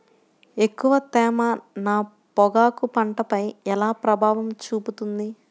ఎక్కువ తేమ నా పొగాకు పంటపై ఎలా ప్రభావం చూపుతుంది?